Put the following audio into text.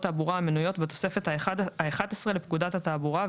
תעבורה המנויות בתוספת האחת עשרה לפקודת התעבורה,